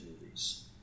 movies